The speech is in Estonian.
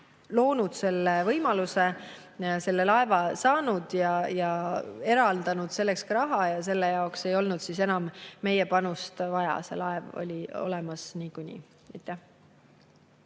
loonud selle võimaluse, selle laeva saanud ja selleks ka raha eraldanud. Selle jaoks ei olnud enam meie panust vaja. See laev oli olemas niikuinii.